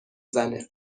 زنه